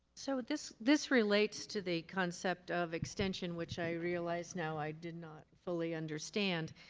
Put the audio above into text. so this this relates to the concept of extension, which i realize now i did not fully understand.